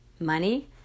Money